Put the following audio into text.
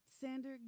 Sander